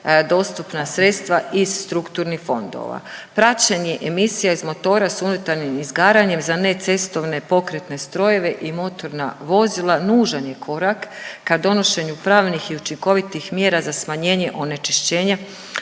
dostupna sredstva iz strukturnih fondova. Praćenje emisija iz motora s unutarnjim izgaranjem za necestovne pokretne strojeve i motorna vozila nužan je korak ka donošenju pravnih i učinkovitih mjera za smanjenje onečišćenja